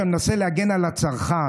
שבו אני מנסה להגן על הצרכן